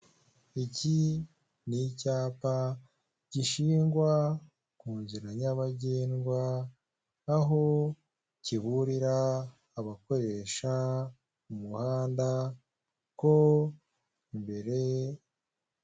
Iki ni icyapa gishingwa mu nzira nyabagendwa, aho kiburira abakoresha umuhanda ko imbere.